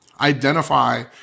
identify